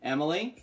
Emily